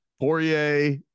Poirier